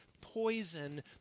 poison